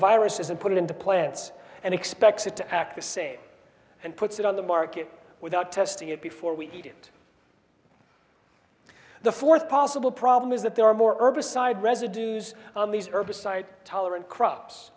viruses and put it into plants and expects it to act the same and puts it on the market without testing it before we get the fourth possible problem is that there are more herbicide residues on the herbicide tolerant crops